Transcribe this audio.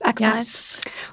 excellent